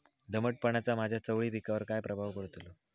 दमटपणाचा माझ्या चवळी पिकावर काय प्रभाव पडतलो?